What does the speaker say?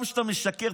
גם כשאתה משקר,